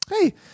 hey